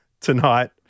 tonight